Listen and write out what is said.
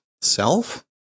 self